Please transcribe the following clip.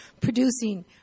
producing